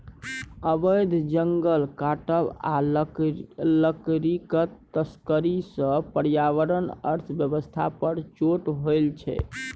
अबैध जंगल काटब आ लकड़ीक तस्करी सँ पर्यावरण अर्थ बेबस्था पर चोट होइ छै